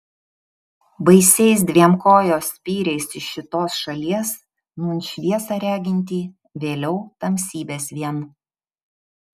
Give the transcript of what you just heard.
baisiais dviem kojos spyriais iš šitos šalies nūn šviesą regintį vėliau tamsybes vien